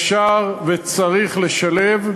אפשר וצריך לשלב,